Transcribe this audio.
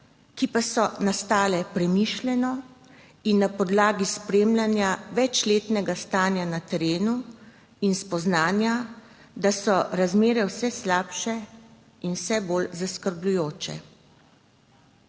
ki pa so nastale premišljeno in na podlagi spremljanja večletnega stanja na terenu in spoznanja, da so razmere vse slabše in vse bolj zaskrbljujoče.